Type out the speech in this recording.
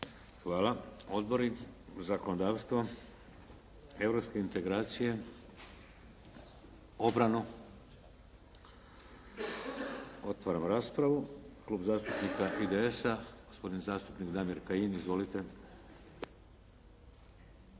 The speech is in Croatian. Hvala. Odbori? Zakonodavstvo? Europske integracije? Obranu? Otvaram raspravu. Klub zastupnika IDS-a, gospodin zastupnik Damir Kajin. Izvolite.